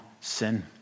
sin